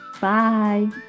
bye